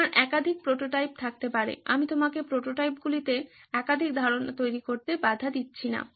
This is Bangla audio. তোমার একাধিক প্রোটোটাইপ থাকতে পারে আমি তোমাকে প্রোটোটাইপগুলিতে একাধিক ধারণা তৈরি করতে বাধা দিচ্ছি না